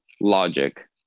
logic